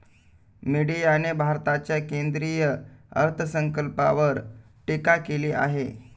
मीडियाने भारताच्या केंद्रीय अर्थसंकल्पावर टीका केली आहे